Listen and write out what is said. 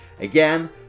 Again